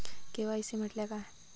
KYC म्हटल्या काय?